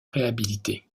réhabilité